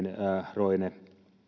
roine